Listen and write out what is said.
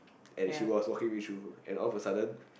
and she was walking me through and all of a sudden